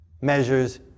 measures